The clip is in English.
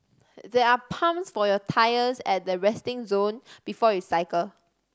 there are pumps for your tyres at the resting zone before you cycle